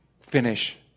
finish